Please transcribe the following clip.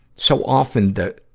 so often the,